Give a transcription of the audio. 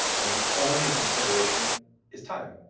and the only consideration is time.